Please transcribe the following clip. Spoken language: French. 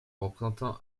représentant